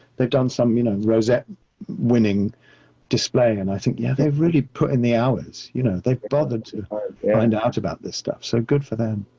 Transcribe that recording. they've done some, you know, rosetta winning display. and i think, yeah, they've really put in the hours, you know, they've bothered and to about this stuff, so good for them.